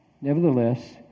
Nevertheless